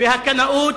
והקנאות,